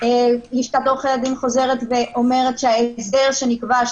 לשכת עורכי הדין חוזרת ואומרת שההסדר שנקבע,